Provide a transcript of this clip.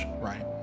Right